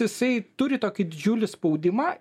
jisai turi tokį didžiulį spaudimą